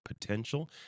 potential